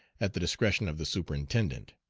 at the discretion of the superintendent.